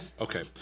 Okay